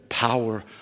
power